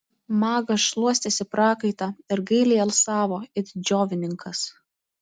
magas šluostėsi prakaitą ir gailiai alsavo it džiovininkas